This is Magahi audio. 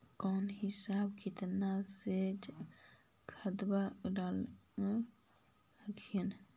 कौन हिसाब किताब से खदबा डाल हखिन?